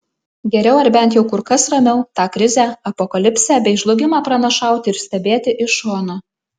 geriau ar bent jau kur kas ramiau tą krizę apokalipsę bei žlugimą pranašauti ir stebėti iš šono